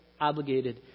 obligated